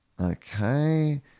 okay